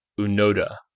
Unoda